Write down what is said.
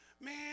Man